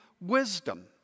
wisdom